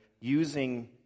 using